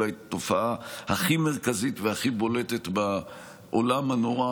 אולי התופעה הכי מרכזית והכי בולטת בעולם הנורא